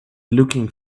looking